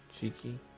Cheeky